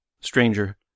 Stranger